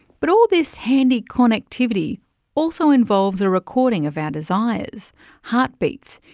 but all this handy connectivity also involves a recording of our desires, heartbeats,